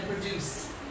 Produce